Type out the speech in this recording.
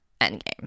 endgame